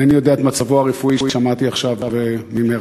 אינני יודע מה מצבו הרפואי, שמעתי עכשיו ממירב,